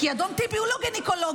כי אדון טיבי הוא לא גינקולוג.